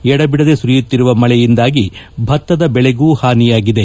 ಎಡಬಿಡದೆ ಸುರಿಯುತ್ತಿರುವ ಮಳೆಯಿಂದಾಗಿ ಭತ್ತದ ಬೆಳೆಗೂ ಹಾನಿಯಾಗಿದೆ